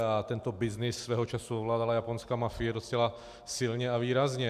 A tento byznys svého času ovládala japonská mafie docela silně a výrazně.